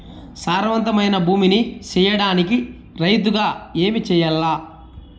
సారవంతమైన భూమి నీ సేయడానికి రైతుగా ఏమి చెయల్ల?